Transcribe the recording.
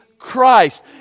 Christ